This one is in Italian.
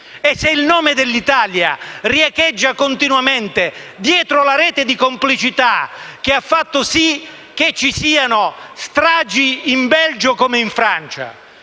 e se il nome dell'Italia riecheggia continuamente dietro la rete di complicità che ha fatto sì ci fossero stragi in Belgio come in Francia?